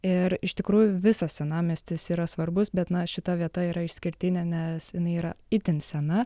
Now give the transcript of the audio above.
ir iš tikrųjų visas senamiestis yra svarbus bet na šita vieta yra išskirtinė nes jinai yra itin sena